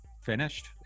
finished